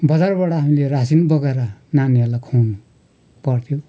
बजारबाट हामीले रासिन बोकेर नानीहरूलाई खुवाउनु पर्थ्यो